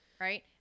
right